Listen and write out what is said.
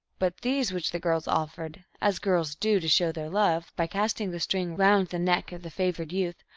but these which the girls offered, as girls do, to show their love, by casting the string round the neck of the favored youth,